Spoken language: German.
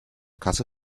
kasse